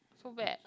so bad